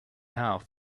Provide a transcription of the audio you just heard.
have